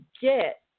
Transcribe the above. get